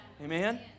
Amen